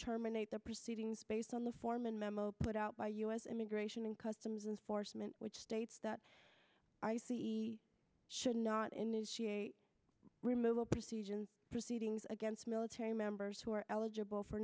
terminate the proceedings based on the foreman memo put out by u s immigration and customs enforcement which states that i c e should not initiate removal proceedings proceedings against military members who are eligible for